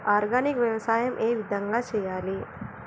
Organic వ్యవసాయం ఏ విధంగా చేయాలి?